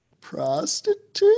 prostitute